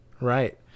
Right